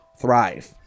thrive